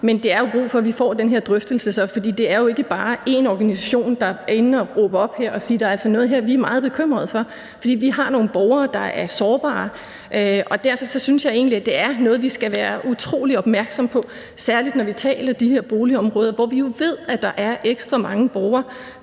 Men der er brug for, at vi får den her drøftelse, for det er jo ikke bare én organisation, der er inde at råbe op her og sige: Der er altså noget her, vi er meget bekymrede for, for vi har nogle borgere, der er sårbare. Derfor synes jeg egentlig, det er noget, vi skal være utrolig opmærksomme på, særlig når vi taler om de her boligområder, hvor vi jo ved, at der er ekstra mange borgere,